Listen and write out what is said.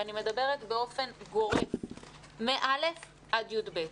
ואני מדברת באופן גורף מ-א' עד י"ב.